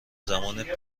زمان